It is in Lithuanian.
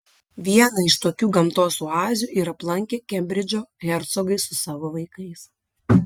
vieną iš tokių gamtos oazių ir aplankė kembridžo hercogai su savo vaikais